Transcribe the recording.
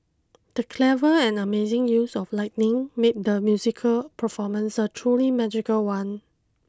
the clever and amazing use of lightning made the musical performance a truly magical one